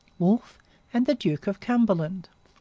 wolfe and the duke of cumberland.